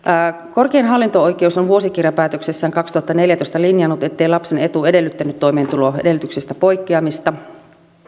korkein hallinto oikeus on vuosikirjapäätöksessään kaksituhattaneljätoista linjannut ettei lapsen etu edellyttänyt toimeentuloedellytyksestä poikkeamista